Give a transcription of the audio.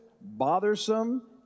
bothersome